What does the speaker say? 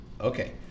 Okay